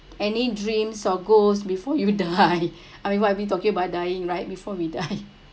any dreams or goals before you die I mean what I’m talking about dying right before we die